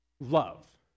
love